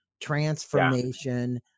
transformation